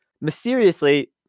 Mysteriously